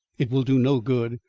it will do no good,